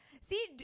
See